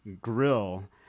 grill